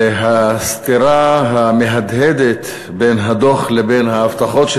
והסתירה המהדהדת בין הדוח לבין ההבטחות של